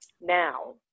Now